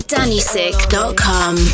DannySick.com